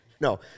No